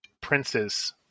princes